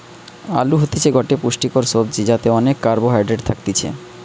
আলু হতিছে গটে পুষ্টিকর সবজি যাতে অনেক কার্বহাইড্রেট থাকতিছে